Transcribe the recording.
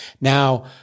Now